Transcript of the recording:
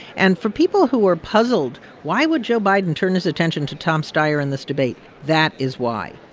and for people who are puzzled why would joe biden turn his attention to tom steyer in this debate? that is why.